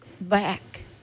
back